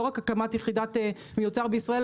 לא רק הקמת יחידה למזון המיוצר בישראל,